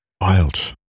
Wild